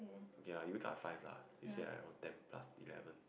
okay lah you wake up at five lah you sleep at around ten plus eleven